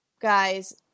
Guys